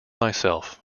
myself